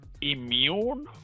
immune